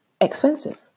expensive